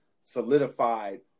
solidified